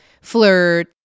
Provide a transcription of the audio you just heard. flirt